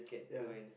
ya